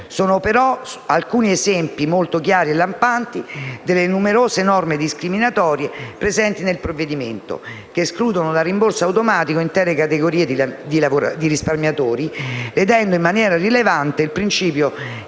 per cento) sono solo alcune delle numerose norme discriminatorie presenti nel provvedimento che escludono dal rimborso automatico intere categorie di risparmiatori ledendo in maniera rilevante il principio